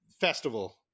festival